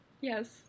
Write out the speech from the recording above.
Yes